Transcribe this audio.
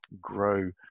grow